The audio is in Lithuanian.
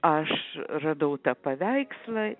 aš radau tą paveikslą